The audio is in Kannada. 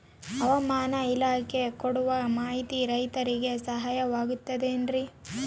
ಹವಮಾನ ಇಲಾಖೆ ಕೊಡುವ ಮಾಹಿತಿ ರೈತರಿಗೆ ಸಹಾಯವಾಗುತ್ತದೆ ಏನ್ರಿ?